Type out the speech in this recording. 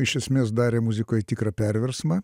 iš esmės darė muzikoj tikrą perversmą